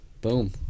boom